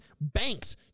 banks